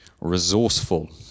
resourceful